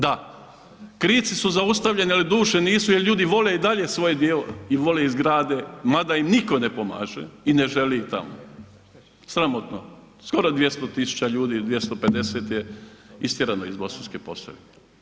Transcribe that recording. Da, krici su zaustavljeni, ali duše nisu jel ljudi vole i dalje svoj dio i vole i zgrade mada im nitko ne pomaže i ne želi ih tamo, sramotno, skoro 200 000 ljudi il 250 je istjerano iz Bosankse Posavine.